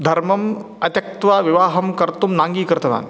धर्म्यम् अत्यक्त्वा विवाहं कर्तुं नाङ्गीकृतवान्